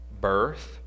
birth